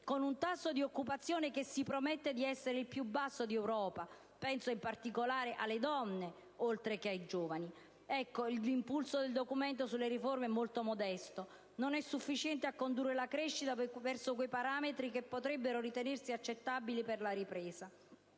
nostro tasso di occupazione promette di essere il più basso d'Europa. Penso in particolare alle donne, oltre che ai giovani. L'impulso del Documento sulle riforme quindi è molto modesto e non è sufficiente a condurre la crescita verso quei parametri che potrebbero ritenersi accettabili per la ripresa.